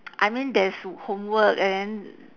I mean there's homework and then